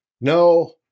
no